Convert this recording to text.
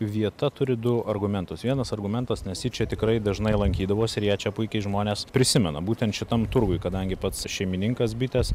vieta turi du argumentus vienas argumentas nes ji čia tikrai dažnai lankydavosi ir ją čia puikiai žmonės prisimena būtent šitam turguj kadangi pats šeimininkas bitės